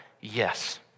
yes